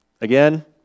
Again